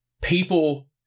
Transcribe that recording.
People